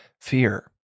fear